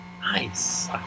nice